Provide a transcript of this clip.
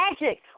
magic